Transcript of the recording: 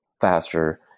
faster